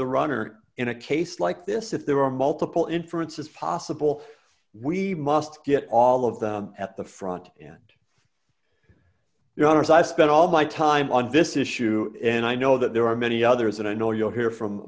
the runner in a case like this if there are multiple inference is possible we must get all of them at the front and you know as i spent all my time on this issue and i know that there are many others and i know you'll hear from